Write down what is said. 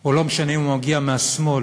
או מהשמאל,